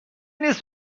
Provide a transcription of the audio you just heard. نیست